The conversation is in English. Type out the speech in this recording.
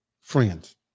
friends